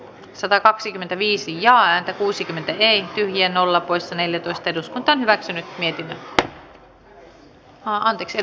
satakaksikymmentäviisi jaa että kuusikymmentä ei tyhjän nolla poissa neljätoista eduskunta äänestysjärjestys hyväksyttiin